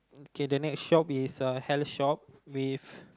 okay the next shop is a hat shop with